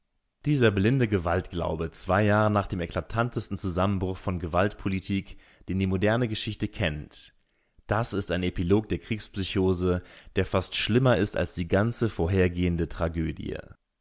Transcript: dieser blinde gewaltglaube zwei jahre nach dem eklatantesten zusammenbruch von gewaltpolitik den die moderne geschichte kennt das ist ein epilog der kriegspsychose der fast schlimmer ist als die ganze vorhergehende tragödie